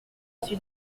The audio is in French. suis